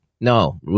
No